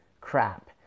crap